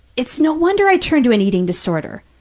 it's no wonder i turned to an eating disorder,